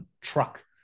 Truck